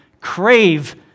crave